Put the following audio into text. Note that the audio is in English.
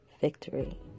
Victory